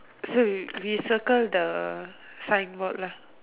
so we we circle the signboard lah